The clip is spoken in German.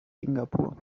singapur